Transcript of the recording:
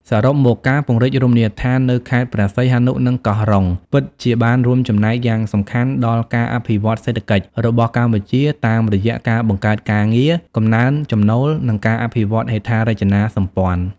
សរុបមក ការពង្រីករមណីយដ្ឋាននៅខេត្តព្រះសីហនុ និងកោះរ៉ុង ពិតជាបានរួមចំណែកយ៉ាងសំខាន់ដល់ ការអភិវឌ្ឍសេដ្ឋកិច្ច របស់កម្ពុជា តាមរយៈការបង្កើតការងារ កំណើនចំណូល និងការអភិវឌ្ឍហេដ្ឋារចនាសម្ព័ន្ធ។